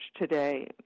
today